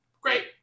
Great